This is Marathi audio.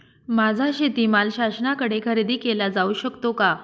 माझा शेतीमाल शासनाकडे खरेदी केला जाऊ शकतो का?